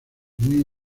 muy